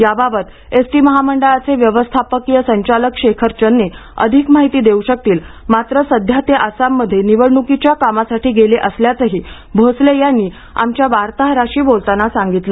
याबाबत एसटी महामंडळाचे व्यवस्थापकीय संचालक शेखर चन्ने अधिक माहिती देऊ शकतील मात्र सध्या ते आसाममध्ये निवडणूकीच्या कामासाठी गेले असल्याचंही भोसले यांनी आमच्या वार्ताहराशी बोलताना सांगितले